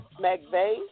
McVeigh